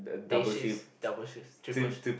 day shifts double shifts triple sh~